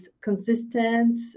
consistent